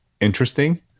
interesting